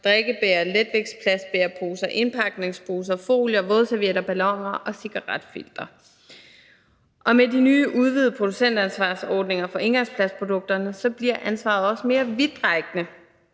drikkebægre, letvægtsplastbæreposer, indpakningsposer, folier, vådservietter, balloner og cigaretfiltre. Og med de nye udvidede producentansvarsordninger for engangsplastprodukterne bliver ansvaret også mere vidtrækkende